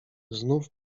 znów